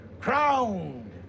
crowned